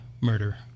murder